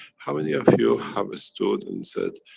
how many of you have stood and said,